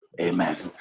Amen